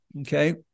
Okay